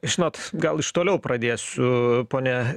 žinot gal iš toliau pradėsiu pone